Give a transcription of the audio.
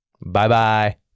Bye-bye